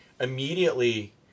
immediately